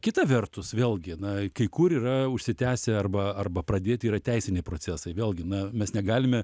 kita vertus vėlgi na kai kur yra užsitęsę arba arba pradėti yra teisiniai procesai vėlgi na mes negalime